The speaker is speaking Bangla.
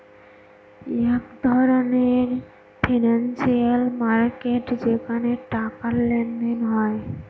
এক ধরনের ফিনান্সিয়াল মার্কেট যেখানে টাকার লেনদেন হয়